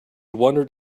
wondered